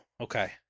okay